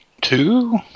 two